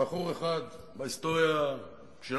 היה בחור אחד בהיסטוריה שלנו,